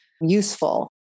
useful